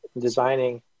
designing